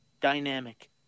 dynamic